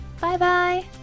Bye-bye